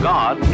God